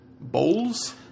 Bowls